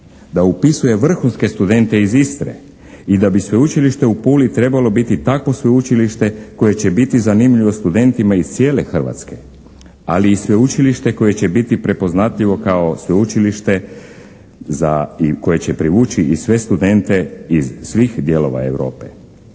Da upisuje vrhunske studente iz Istre i da bi Sveučilište u Puli trebalo biti takvo sveučilište koje će biti zanimljivo studentima iz cijele Hrvatske, ali i sveučilište koje će biti prepoznatljivo kao sveučilište za i koje će privući i sve studente iz svih dijelova Europe.